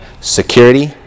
security